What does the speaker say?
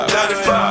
95